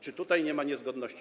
Czy tutaj nie ma niezgodności?